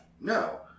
no